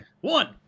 One